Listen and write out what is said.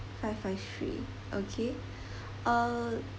five five three okay uh